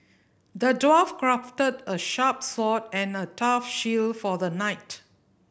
the dwarf crafted a sharp sword and a tough shield for the knight